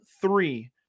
three